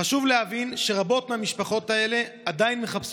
חשוב להבין שרבות מהמשפחות האלה עדיין מחפשות